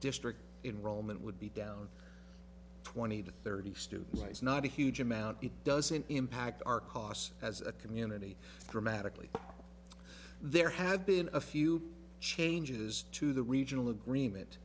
district in rome it would be down twenty to thirty students it's not a huge amount it doesn't impact our costs as a community dramatically there have been a few changes to the regional agreement